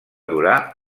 durar